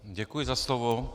Děkuji za slovo.